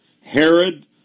Herod